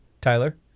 Tyler